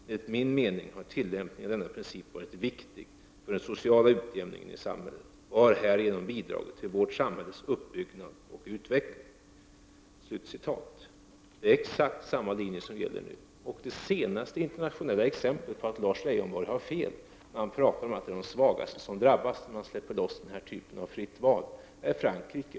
Enligt min mening har tillämpningen av denna princip varit viktig för den sociala utjämningen i samhället, och har härigenom bidragit till vårt samhälles uppbyggnad och utveckling.” Exakt samma linje gäller nu. Det senaste internationella exemplet på att Lars Leijonborg har fel när han talar om att de svagaste drabbas, om man inte släpper loss denna typ av fritt val, kommer från Frankrike.